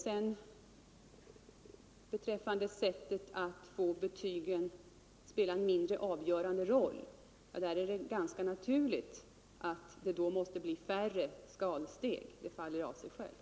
Sättet att få betygen att spela en mindre avgörande roll är, ganska naturligt, att ha färre skalsteg. Det faller av sig självt.